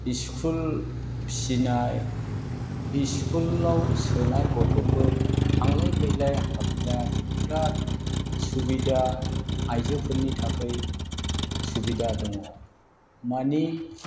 school फिसिनाय इस्कुलाव सोनाय गथ'फोर थांलाय फैलाय हाबनाय बिराद सुबिदा आइजोफोरनि थाखाय सुबिदा दङ मानि